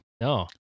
No